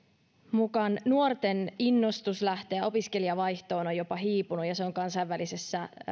mukaan nuorten innostus lähteä opiskelijavaihtoon on jopa hiipunut se on kansainvälisessä